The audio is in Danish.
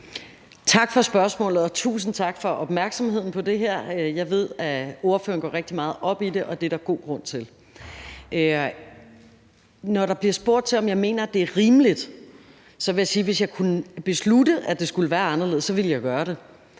Tak for spørgsmålet, og tusind tak for opmærksomheden på det her. Jeg ved, at spørgeren går rigtig meget op i det, og det er der god grund til. Når der bliver spurgt til, om jeg mener, det er rimeligt, vil jeg sige, at hvis jeg kunne beslutte, at det skulle være anderledes, ville jeg gøre det.